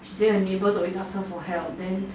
she say her neighbour always ask her for help then